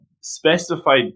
specified